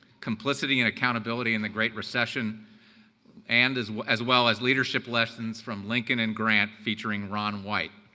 complicity and accountability in the great recession and as as well as leadership lessons from lincoln and grant featuring ron white.